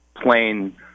plain